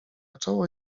czoło